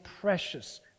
precious